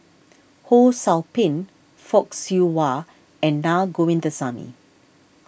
Ho Sou Ping Fock Siew Wah and Na Govindasamy